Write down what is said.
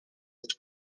its